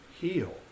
heal